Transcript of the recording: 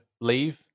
leave